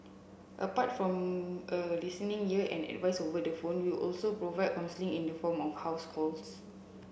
apart from a listening ear and advice over the phone we also provide counselling in the form of house calls